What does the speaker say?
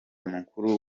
mukuru